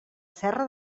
serra